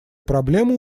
проблемы